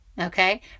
Okay